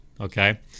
okay